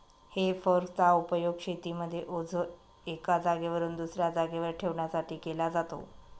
हे फोर्क चा उपयोग शेतीमध्ये ओझ एका जागेवरून दुसऱ्या जागेवर ठेवण्यासाठी केला जातो